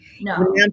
No